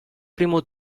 primo